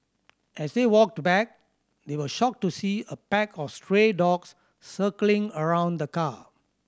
as they walked back they were shocked to see a pack of stray dogs circling around the car